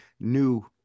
new